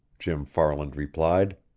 jim farland replied.